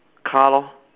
car lor